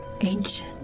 ancient